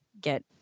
Get